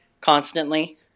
constantly